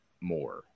more